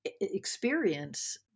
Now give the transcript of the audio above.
experience